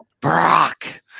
Brock